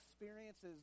experiences